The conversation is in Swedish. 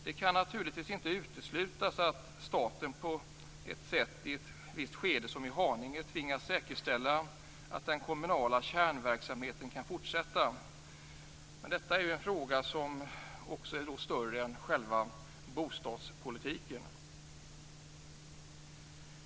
Det kan naturligtvis inte uteslutas att staten på ett sätt i ett visst skede, som i Haninge, tvingas säkerställa att den kommunala kärnverksamheten kan fortsätta, men detta är en fråga som också är större än själva bostadspolitiken.